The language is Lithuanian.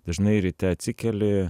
dažnai ryte atsikeli